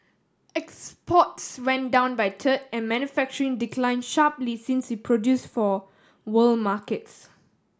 exports went down by third and manufacturing declined sharply since we produced for world markets